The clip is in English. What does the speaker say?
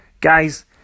Guys